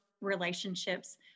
relationships